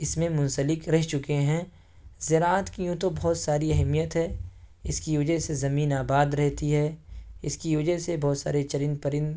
اس میں منسلک رہ چکے ہیں زراعت کی یوں تو بہت ساری اہمیت ہے اس کی وجہ سے زمین آباد رہتی ہے اس کی وجہ سے بہت سارے چرند پرند